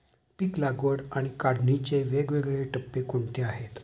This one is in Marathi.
पीक लागवड आणि काढणीचे वेगवेगळे टप्पे कोणते आहेत?